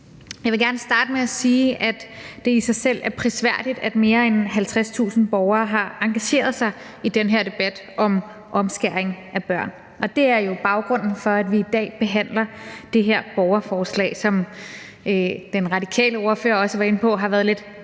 Jeg vil gerne starte med at sige, at det i sig selv er prisværdigt, at mere end 50.000 borgere har engageret sig i den her debat om omskæring af børn. Det er jo baggrunden for, at vi i dag behandler det her borgerforslag, der, som den radikale ordfører også var inde på, har været lidt